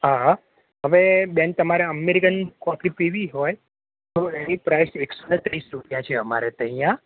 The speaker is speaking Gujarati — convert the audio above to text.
હા હા હવે બેન તમારે અમેરિકન કોફી પીવી હોય તો એની પ્રાઇસ એકસોને ત્રીસ રૂપિયા છે અમારે તય યા